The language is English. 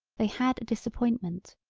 they had a disappointment.